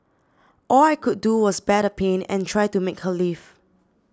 all I could do was bear the pain and try to make her leave